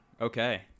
Okay